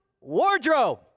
wardrobe